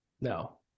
no